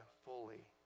fully